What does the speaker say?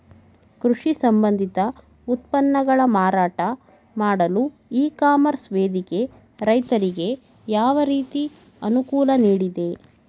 ಕೃಷಿ ಸಂಬಂಧಿತ ಉತ್ಪನ್ನಗಳ ಮಾರಾಟ ಮಾಡಲು ಇ ಕಾಮರ್ಸ್ ವೇದಿಕೆ ರೈತರಿಗೆ ಯಾವ ರೀತಿ ಅನುಕೂಲ ನೀಡಿದೆ?